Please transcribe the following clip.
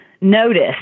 notice